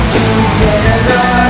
together